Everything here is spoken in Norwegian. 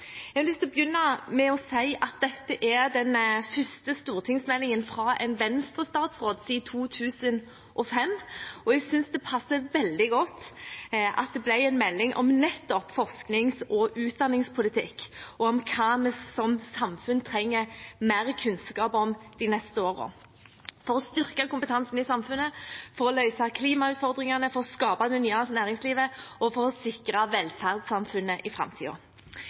Jeg har lyst til å begynne med å si at dette er den første stortingsmeldingen fra en Venstre-statsråd siden 2005, og jeg synes det passer veldig godt at det ble en melding om nettopp forsknings- og utdanningspolitikk og om hva vi som samfunn trenger mer kunnskap om de neste årene: for å styrke kompetansen i samfunnet, for å løse klimautfordringene, for å skape det nye næringslivet og for å sikre velferdssamfunnet i